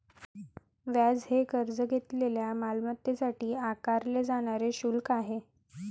व्याज हे कर्ज घेतलेल्या मालमत्तेसाठी आकारले जाणारे शुल्क आहे